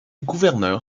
gouverneur